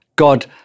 God